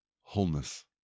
wholeness